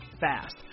fast